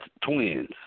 twins